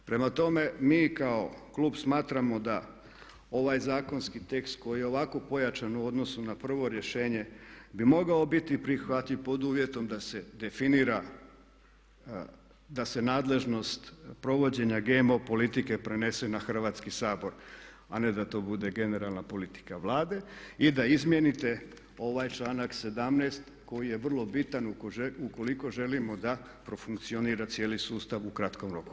Prema tome, mi kao klub smatramo da ovaj zakonski tekst koji je ovako pojačan u odnosu na prvo rješenje bi mogao biti prihvatljiv pod uvjetom da se definira, da se nadležnost provođenja GMO politike prenese na Hrvatski sabor a ne da to bude generalna politika Vlade i da izmijenite ovaj članak 17. koji je vrlo bitan ukoliko želimo da profunkcionira cijeli sustav u kratkom roku.